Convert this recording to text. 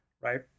right